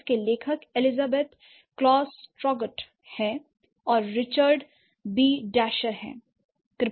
इसके लेखक Elizabeth Closs Traugott हैं और Richard B Richard B Dasher हैं